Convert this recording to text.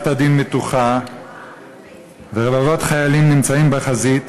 הדין מתוחה ורבבות חיילים נמצאים בחזית.